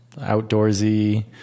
outdoorsy